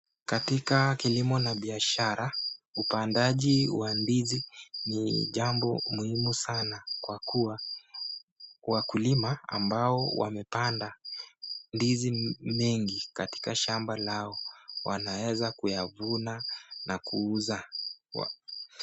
Katika kilimo wa biashara upandaji wa ndizi ni jambo muhimu sana kwa kuwa wakulima ambao wamepanda ndizi mengi katika shamba lao wanaweza kuyavuna na kuuza.